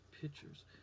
pictures